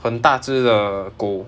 很大只的狗